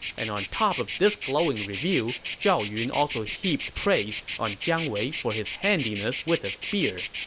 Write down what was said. and on top of this glowing review, zhao yun also heaped praise on jiang wei for his handiness with a spear.